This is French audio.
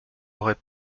aurait